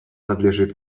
надлежит